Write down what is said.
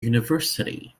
university